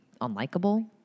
unlikable